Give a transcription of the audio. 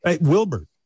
Wilbur